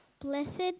Blessed